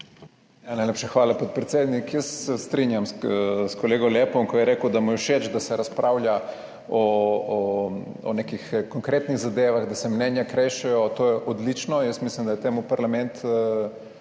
najlepša hvala, podpredsednik. Jaz se strinjam s kolegom Lepom, ko je rekel, da mu je všeč, da se razpravlja o nekih konkretnih zadevah, da se mnenja krešejo. To je odlično, jaz mislim, da je temu parlament